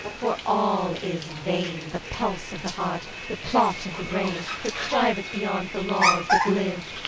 for all is vain, the pulse of the heart, the plot of the brain, that striveth beyond the laws that live.